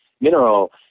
mineral